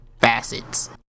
facets